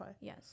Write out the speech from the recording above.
Yes